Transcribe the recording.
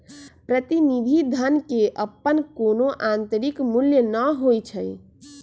प्रतिनिधि धन के अप्पन कोनो आंतरिक मूल्य न होई छई